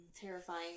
Terrifying